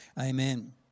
amen